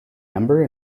number